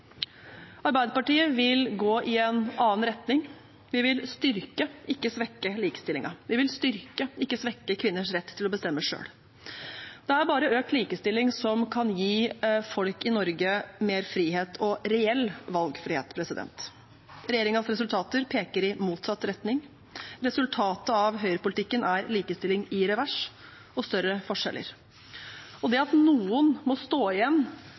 Arbeiderpartiet vil gå i en annen retning. Vi vil styrke, ikke svekke, likestillingen. Vi vil styrke, ikke svekke, kvinners rett til å bestemme selv. Det er bare økt likestilling som kan gi folk i Norge mer frihet – og reell valgfrihet. Regjeringens resultater peker i motsatt retning. Resultatet av høyrepolitikken er likestilling i revers og større forskjeller. Og det at noen må stå igjen,